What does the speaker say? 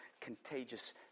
contagious